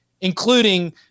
including